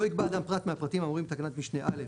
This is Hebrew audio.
לא יקבע אדם פרט מהפרטים האמורים בתקנת משנה א',